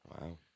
Wow